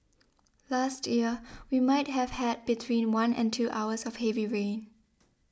last year we might have had between one and two hours of heavy rain